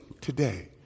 Today